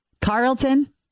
Carlton